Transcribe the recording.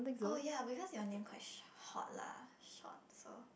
oh ya because your name quite hot lah short so